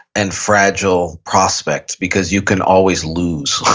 and fragile prospect because you can always lose.